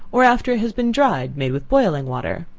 or after it has been dried, made with boiling water.